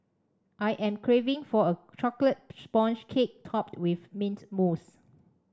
I am craving for a chocolate sponge cake topped with mint mousse